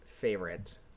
favorite